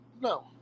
No